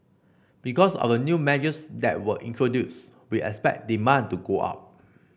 because of the new measures that were introduced we expect demand to go up